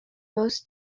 most